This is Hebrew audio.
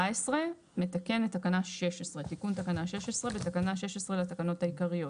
14 מתקן את תקנה 16. תיקון תקנה 16 לתקנות העיקריות